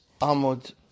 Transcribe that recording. Amud